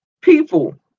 people